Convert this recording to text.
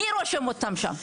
מי רושם אותם שם,